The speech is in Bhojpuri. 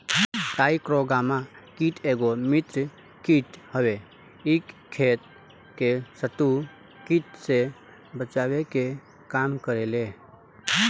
टाईक्रोग्रामा कीट एगो मित्र कीट हवे इ खेत के शत्रु कीट से बचावे के काम करेला